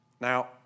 Now